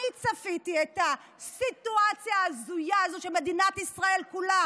אני צפיתי את הסיטואציה ההזויה הזאת שמדינת ישראל כולה